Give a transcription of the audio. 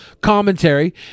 commentary